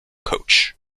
coach